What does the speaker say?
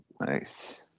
Nice